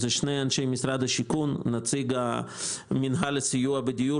בצוות יהיו שני אנשי משרד השיכון: נציג מינהל לסיוע בדיור